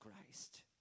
Christ